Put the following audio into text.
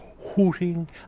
Hooting